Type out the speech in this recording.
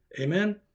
amen